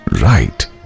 right